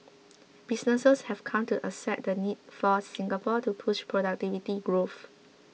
businesses have come to accept the need for Singapore to push productivity growth